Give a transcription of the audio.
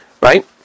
right